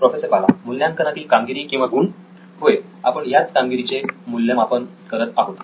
professor Bala मूल्यांकनातील कामगिरी किंवा गुण होय आपण याच कामगिरीचे मूल्यमापन करत आहोत